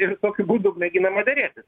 ir tokiu būdu mėginama derėtis